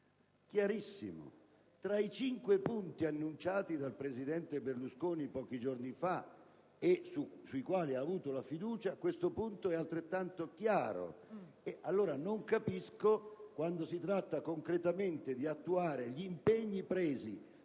chiarissimo. Tra i cinque punti annunciati dal presidente Berlusconi pochi giorni fa, e sui quali ha ricevuto la fiducia, questo punto è altrettanto chiaro. Allora, non capisco perché, quando si tratta di attuare concretamente gli impegni presi